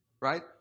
Right